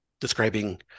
describing